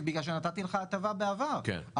נכון,